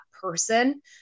person